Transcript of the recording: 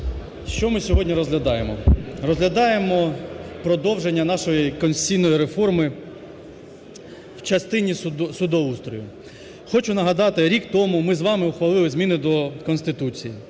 Що ми сьогодні розглядаємо? Розглядаємо продовження нашої конституційної реформи в частині судоустрою. Хочу нагадати, рік тому ми з вами ухвалили зміни до Конституції.